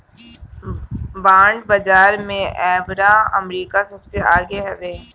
bond बाजार में एबेरा अमेरिका सबसे आगे हवे